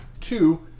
Two